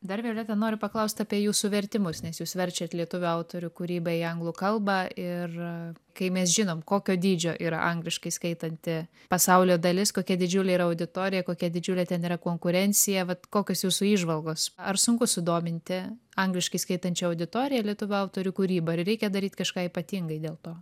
dar violeta noriu paklaust apie jūsų vertimus nes jūs verčiat lietuvių autorių kūrybą į anglų kalbą ir kai mes žinom kokio dydžio yra angliškai skaitanti pasaulio dalis kokia didžiulė yra auditorija kokia didžiulė ten yra konkurencija vat kokios jūsų įžvalgos ar sunku sudominti angliškai skaitančią auditoriją lietuvių autorių kūryba ar reikia daryt kažką ypatingai dėl to